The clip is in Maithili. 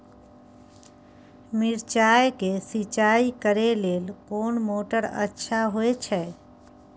मिर्चाय के सिंचाई करे लेल कोन मोटर अच्छा होय छै?